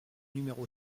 numéro